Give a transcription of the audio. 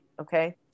Okay